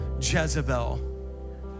Jezebel